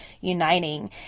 uniting